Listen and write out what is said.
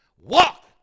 walk